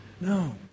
No